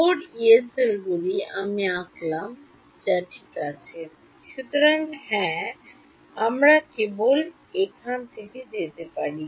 4 ইয়ে সেলগুলি আমি আঁকলাম যা ঠিক আছে সুতরাং হ্যাঁ আমরা কেবল এখান থেকে যেতে পারি